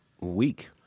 week